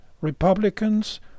republicans